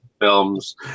films